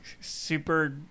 super